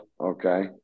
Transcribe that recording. Okay